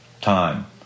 time